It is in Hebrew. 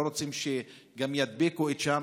לא רוצים שגם ידביקו שם,